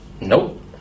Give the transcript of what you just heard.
Nope